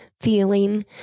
feeling